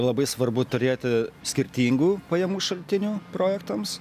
labai svarbu turėti skirtingų pajamų šaltinių projektams